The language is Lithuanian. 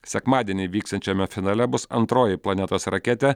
sekmadienį vyksiančiame finale bus antroji planetos raketė